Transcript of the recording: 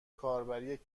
کاربری